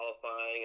qualifying